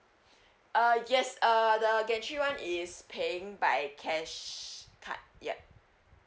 uh yes uh the gantry one is paying by cash card yup